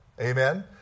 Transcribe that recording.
Amen